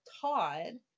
Todd